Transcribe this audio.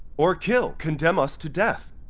or kill, condemn us to death?